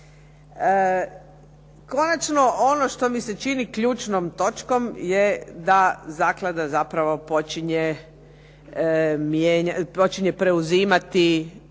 Konačno, ono što mi se čini ključnom točkom je da zaklada zapravo počinje mijenjati,